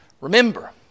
Remember